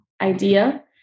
idea